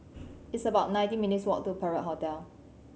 it's about nineteen minutes' walk to Perak Hotel